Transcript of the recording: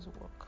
work